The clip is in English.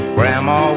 Grandma